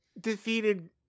Defeated